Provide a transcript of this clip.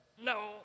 no